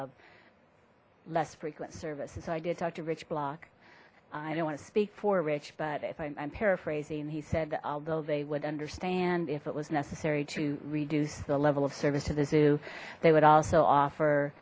of less frequent services so i did talk to rich block i don't want to speak for rich but if i'm paraphrasing and he said that although they would understand if it was necessary to reduce the level of service to the zoo they would also offer